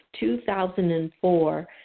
2004